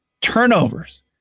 turnovers